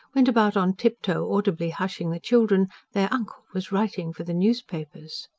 went about on tiptoe audibly hushing the children their uncle was writing for the newspapers.